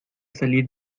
salir